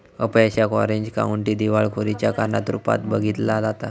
अपयशाक Orange County दिवाळखोरीच्या कारण रूपात बघितला जाता